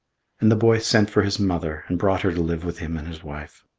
and the boy sent for his mother, and brought her to live with him and his wife.